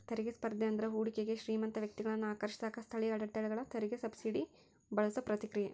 ತೆರಿಗೆ ಸ್ಪರ್ಧೆ ಅಂದ್ರ ಹೂಡಿಕೆಗೆ ಶ್ರೇಮಂತ ವ್ಯಕ್ತಿಗಳನ್ನ ಆಕರ್ಷಿಸಕ ಸ್ಥಳೇಯ ಆಡಳಿತಗಳ ತೆರಿಗೆ ಸಬ್ಸಿಡಿನ ಬಳಸೋ ಪ್ರತಿಕ್ರಿಯೆ